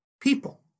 People